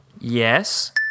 Yes